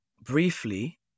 briefly